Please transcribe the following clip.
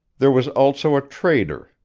there was also a trader,